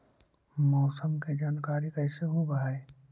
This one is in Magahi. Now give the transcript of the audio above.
मौसमा के जानकारी कैसे होब है?